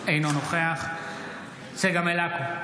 אינו נוכח צגה מלקו,